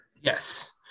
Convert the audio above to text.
Yes